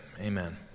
Amen